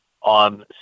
on